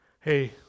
Hey